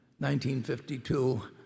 1952